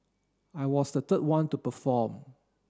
I was the third one to perform